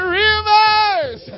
rivers